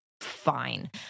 Fine